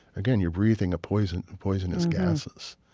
again, you're breathing poisonous and poisonous gases